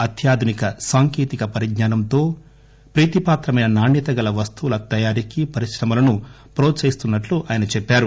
అత్యాధునిక సాంకేతిక పరిజ్నా నంతో ప్రీతిపాత్రమైన నాణ్యత గల వస్తువుల తయారీకి పరిశ్రమలను న్రోత్సహిస్తున్నట్లు ఆయన చెప్పారు